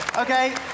Okay